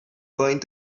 going